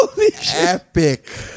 epic